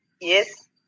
yes